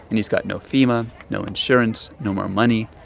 and he's got no fema, no insurance, no more money.